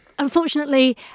Unfortunately